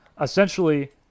Essentially